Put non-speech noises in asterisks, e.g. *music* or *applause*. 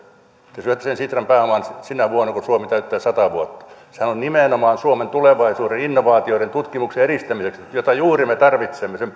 te syötte sen sitran pääoman sinä vuonna kun suomi täyttää sata vuotta sehän on nimenomaan suomen tulevaisuuden innovaatioiden tutkimuksen edistämiseksi jota me juuri tarvitsemme sen *unintelligible*